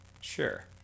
Sure